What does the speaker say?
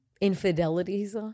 infidelities